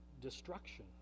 destruction